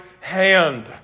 hand